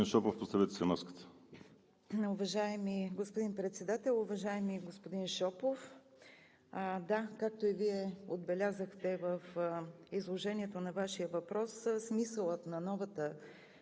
Уважаеми господин Председател! Уважаеми господин Шопов, да, както и Вие отбелязахте в изложението на Вашия въпрос, смисълът на новата